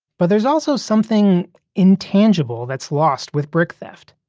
but there's also something intangible that's lost with brick theft.